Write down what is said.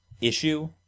issue